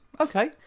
okay